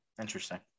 Interesting